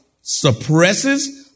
suppresses